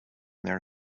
their